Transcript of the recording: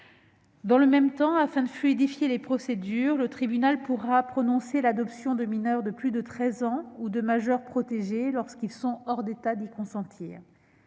Dans le même temps, afin de fluidifier les procédures, le tribunal pourra prononcer l'adoption de mineurs de plus de 13 ans ou de majeurs protégés lorsqu'ils sont hors d'état d'y consentir.